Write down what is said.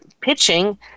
pitching